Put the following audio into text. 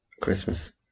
Christmas